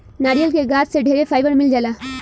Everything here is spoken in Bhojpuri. नारियल के गाछ से ढेरे फाइबर मिल जाला